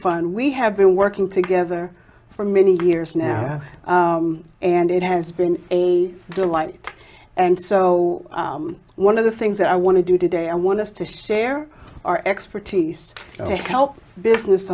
fun we have been working together for many years now and it has been a delight and so one of the things that i want to do today i want us to share our expertise to help business